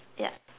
yup